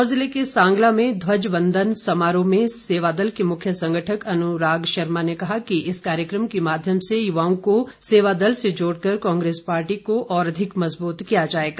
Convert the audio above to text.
किन्नौर जिले के सांगला में ध्वज वंदन समारोह में सेवादल के मुख्य संगठक अनुराग शर्मा ने कहा कि इस कार्यक्रम के माध्यम से युवाओं को सेवादल से जोड़ कर कांग्रेस पार्टी को और अधिक मज़बूत किया जाएगा